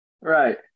Right